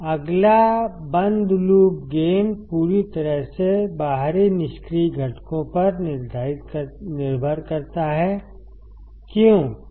अगला बंद loop gain पूरी तरह से बाहरी निष्क्रिय घटकों पर निर्भर करता है क्यों